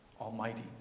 almighty